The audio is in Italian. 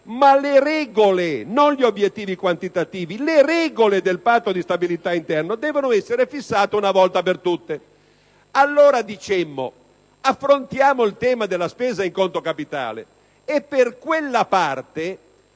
ma le regole, non gli obiettivi quantitativi, del Patto di stabilità interno devono essere fissate una volta per tutte. Allora dicemmo: affrontiamo il tema della spesa in conto capitale e per quella parte,